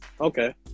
Okay